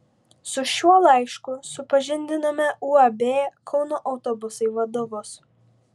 su šiuo laišku supažindinome uab kauno autobusai vadovus